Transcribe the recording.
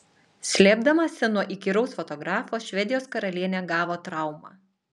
slėpdamasi nuo įkyraus fotografo švedijos karalienė gavo traumą